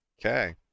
Okay